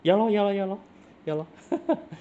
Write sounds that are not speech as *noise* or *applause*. ya lor ya lor ya lor ya lor *laughs*